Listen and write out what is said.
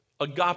Agape